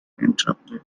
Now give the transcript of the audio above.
interrupted